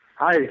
Hi